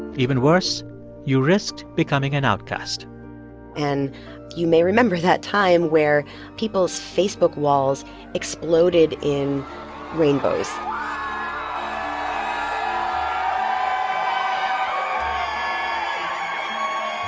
even worse you risked becoming an outcast and you may remember that time where people's facebook walls exploded in rainbows um